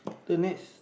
the next